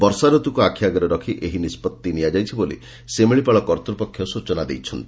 ବର୍ଷା ଋତୁକୁ ଆଖିଆଗରେ ରଖି ଏହି ନିଷ୍ବଭି ନିଆଯାଇଛି ବୋଲି ଶିମିଳିପାଳ କର୍ତ୍ତ୍ ପକ୍ଷ ସୂଚନା ଦେଇଛନ୍ତି